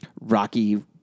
Rocky